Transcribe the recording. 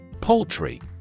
Poultry